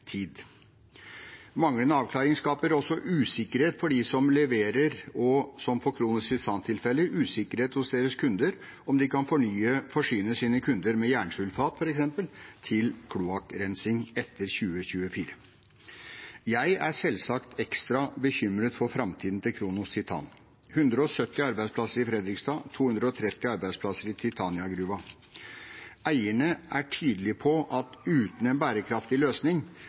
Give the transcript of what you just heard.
tid. Manglende avklaring skaper også usikkerhet for dem som leverer, og – som i Kronos Titans tilfelle – usikkerhet hos deres kunder om de kan forsyne kundene med f.eks. jernsulfat til kloakkrensing etter 2024. Jeg er selvsagt ekstra bekymret for framtida til Kronos Titan, med 170 arbeidsplasser i Fredrikstad og 230 arbeidsplasser i Titania-gruven. Eierne er tydelige på at uten en bærekraftig løsning